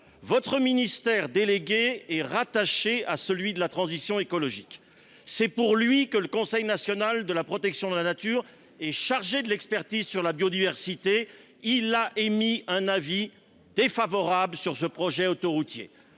Votre ministère délégué est rattaché à celui de la transition écologique, pour lequel le Conseil national de la protection de la nature est chargé de l’expertise sur la biodiversité. Or ce dernier a émis un avis défavorable sur ce projet autoroutier.